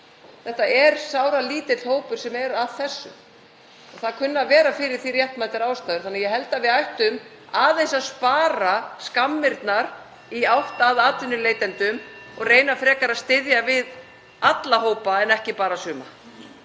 Þetta er sáralítill hópur sem gerir það og það kunna að vera fyrir því réttmætar ástæður, þannig að ég held að við ættum aðeins að spara skammirnar (Forseti hringir.) gagnvart atvinnuleitendum og reyna frekar að styðja við alla hópa en ekki bara suma.